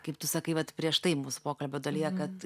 kaip tu sakai vat prieš tai mūsų pokalbio dalyje kad